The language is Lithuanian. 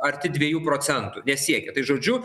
arti dviejų procentų nesiekė tai žodžiu